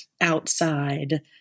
outside